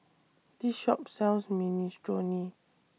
This Shop sells Minestrone